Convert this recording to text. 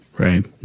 Right